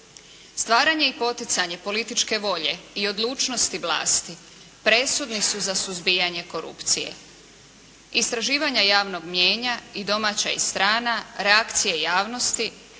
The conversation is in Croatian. Stvaranje i poticanje političke volje i odlučnosti vlasti presudni su za suzbijanje korupcije. Istraživanje javnog mnijenja i domaća i strana, reakcije javnosti